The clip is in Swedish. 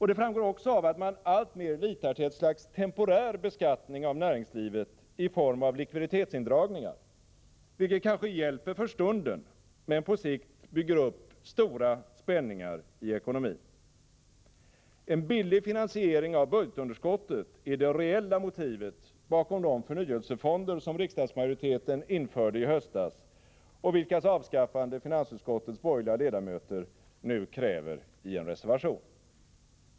Det framgår också av att man alltmer litar till ett slags temporär beskattning av näringslivet i form av likviditetsindragningar, vilket kanske hjälper för stunden men på sikt bygger upp stora spänningar i ekonomin. En billig finansiering av budgetunderskottet är det reella motivet bakom de förnyelsefonder som riksdagsmajoriteten införde i höstas och vilkas avskaffande finansutskottets borgerliga ledamöter nu kräver i en reservation.